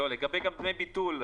לגבי דמי ביטול,